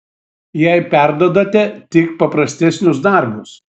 jai perduodate tik paprastesnius darbus